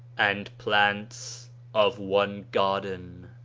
and plants of one garden.